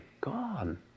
gone